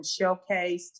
showcased